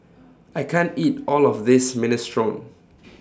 I can't eat All of This Minestrone